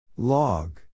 Log